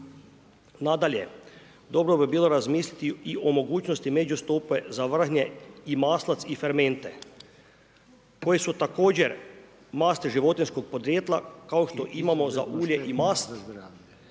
Nadalje, dobro bi bilo razmisliti i o mogućnosti međustope za vrhnje i maslac i fermente, koje su također masti životinjskog podrijetla, kao što imamo za ulje i mast,